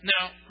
Now